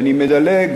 ואני מדלג,